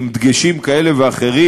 עם דגשים כאלה ואחרים,